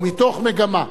ומתוך מגמה.